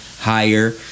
higher